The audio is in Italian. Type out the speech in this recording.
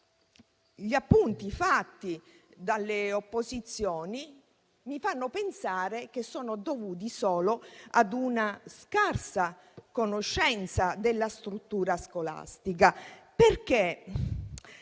Gli appunti fatti dalle opposizioni mi fanno pensare che sono dovuti solo ad una scarsa conoscenza della struttura scolastica. Nella